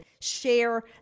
share